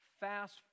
Fast